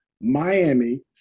miami